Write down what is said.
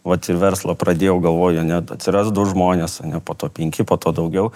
vat ir verslą pradėjau galvoju net atsiras du žmones po to penki po to daugiau